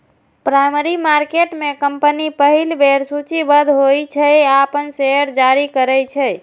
primary market में company पहिल बेर सूचीबद्ध होइ छै आ अपन शेयर जारी करै छै